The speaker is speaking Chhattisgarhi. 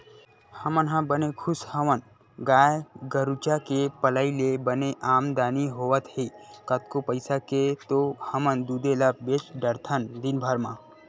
हमन ह बने खुस हवन गाय गरुचा के पलई ले बने आमदानी होवत हे कतको पइसा के तो हमन दूदे ल बेंच डरथन दिनभर म